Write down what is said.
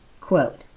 Quote